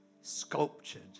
sculptured